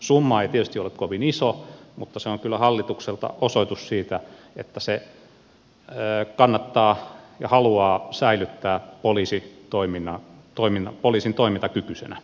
summa ei tietysti ole kovin iso mutta se on kyllä hallitukselta osoitus siitä että se haluaa säilyttää poliisin toimintakykyisenä